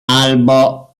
albo